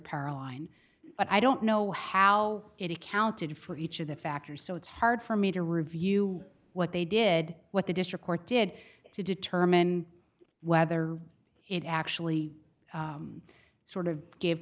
par align but i don't know how it accounted for each of the factors so it's hard for me to review what they did what the district court did to determine whether it actually sort of gave